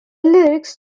lyrics